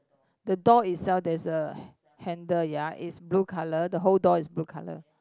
the door itself there's a ha~ handle ya is blue colour the whole door is blue colour